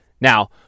Now